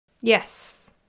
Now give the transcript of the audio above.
Yes